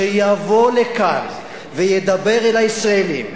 שיבוא לכאן וידבר אל הישראלים.